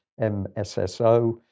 MSSO